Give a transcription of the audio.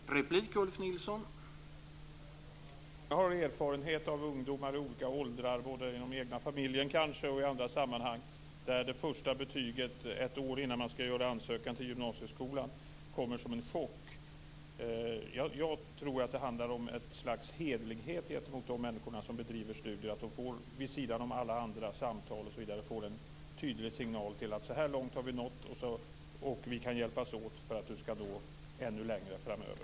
Herr talman! Jag tror att många av oss har erfarenhet av ungdomar i olika åldrar - både i den egna familjen och i andra sammanhang - för vilka det första betyget ett år innan ansökan till gymnasieskolan skall lämnas in kommer som en chock. Jag tror att det handlar om ett slags hederlighet gentemot de människor som bedriver studier att de vid sidan om samtal osv. får en tydlig signal till hur långt de har nått och hur man kan hjälpas åt för att nå ännu längre framöver.